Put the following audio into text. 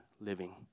living